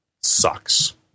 sucks